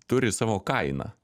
turi savo kainą